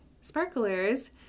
sparklers